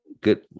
good